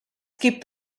gibt